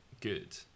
good